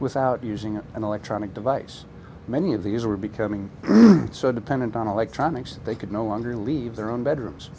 without using an electronic device many of these were becoming so dependent on electronics that they could no longer leave their own bedrooms